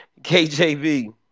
KJV